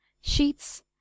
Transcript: sheets